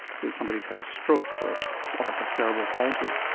say, somebody has had a stroke or or has cerebral palsy.